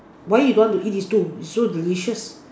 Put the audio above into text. why you don't want to eat these two it's so delicious